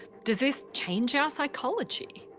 does this change our psychology?